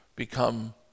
become